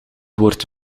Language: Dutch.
woord